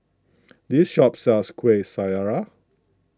this shop sells Kuih Syara